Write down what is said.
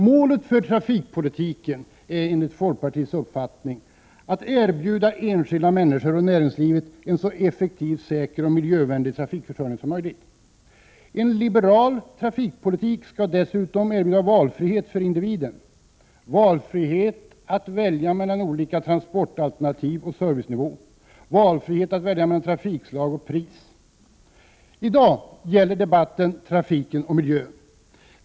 Målet för trafikpolitiken är enligt folkpartiets uppfattning att erbjuda enskilda människor och näringslivet en så effektiv, säker och miljövänlig trafikförsörjning som möjligt. En liberal trafikpolitik skall dessutom erbjuda valfrihet för individen — valfrihet att välja mellan olika transportalternativ och servicenivå, valfrihet att välja mellan trafikslag och pris. I dag gäller debatten trafiken och miljön.